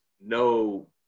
no